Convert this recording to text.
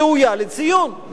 ראויה לציון,